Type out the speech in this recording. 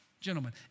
Gentlemen